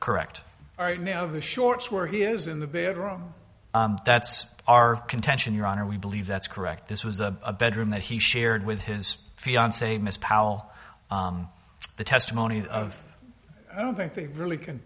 correct right now of the shorts where he is in the bedroom that's our contention your honor we believe that's correct this was a bedroom that he shared with his fiance ms powell the testimony of i don't think they really can